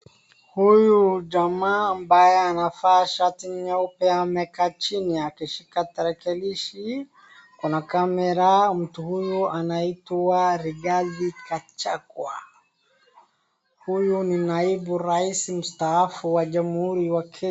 Huyu jamaa ambaye anavaa shati nyeupe amekaa chini akishika tarakilishi, kuna kamera, mtu huyu anaitwa Rigathi Gachagua. Huyu ni naibu rais mstaafu wa jamhuri ya Kenya.